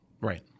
right